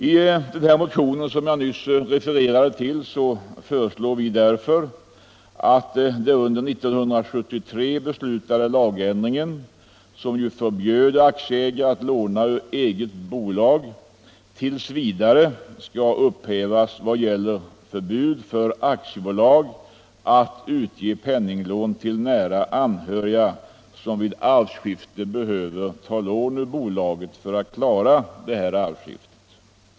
I den motion som jag inledningsvis refererade till föreslår vi mot denna bakgrund att den under 1973 beslutade lagändringen, som förbjuder aktieägare att låna ur eget bolag, t. v. skall upphävas vad gäller förbudet för aktiebolag att utge penninglån till aktieägares nära anhöriga som vid arvsskifte behöver ta lån ur bolaget för att klara arvsskiftet.